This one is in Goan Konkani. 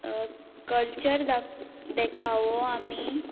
कल्चर देखावो आमी